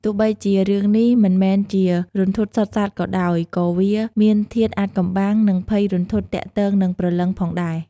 ទោះបីជារឿងនេះមិនមែនជារន្ធត់សុទ្ធសាធក៏ដោយ ក៏វាមានធាតុអាថ៌កំបាំង និងភ័យរន្ធត់ទាក់ទងនឹងព្រលឹងផងដែរ។